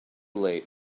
late